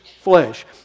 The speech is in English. flesh